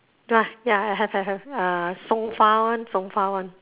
ya I have I have uh song-fa one song-fa one